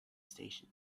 station